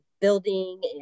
building